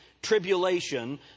...tribulation